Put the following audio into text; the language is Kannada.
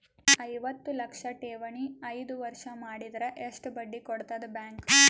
ಐವತ್ತು ಲಕ್ಷ ಠೇವಣಿ ಐದು ವರ್ಷ ಮಾಡಿದರ ಎಷ್ಟ ಬಡ್ಡಿ ಕೊಡತದ ಬ್ಯಾಂಕ್?